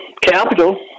Capital